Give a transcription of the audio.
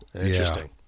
Interesting